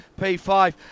P5